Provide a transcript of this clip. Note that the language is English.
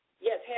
yes